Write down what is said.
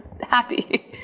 happy